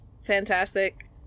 fantastic